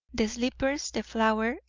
the slippers, the flower,